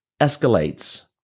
escalates